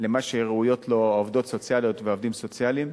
ולמה שראויים לו העובדות הסוציאליות והעובדים הסוציאליים,